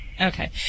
Okay